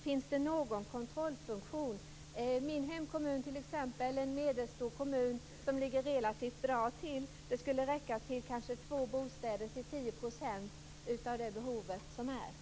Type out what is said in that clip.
Finns det någon kontrollfunktion? I min hemkommun t.ex., en medelstor kommun som ligger relativt bra till, skulle det räcka till kanske två bostäder, dvs. till 10 % av det behov som finns.